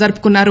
జరుపుకున్నారు